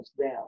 down